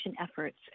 efforts